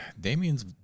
damien's